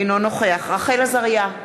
אינו נוכח רחל עזריה,